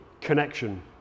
connection